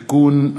(תיקון),